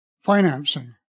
financing